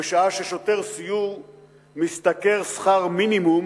ובשעה ששוטר סיור משתכר שכר מינימום